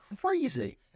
crazy